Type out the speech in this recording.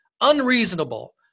unreasonable